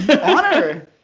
Honor